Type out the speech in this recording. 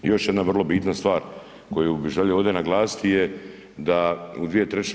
Još jedna vrlo bitna stvar koju bi želio ovdje naglasiti je da u 2/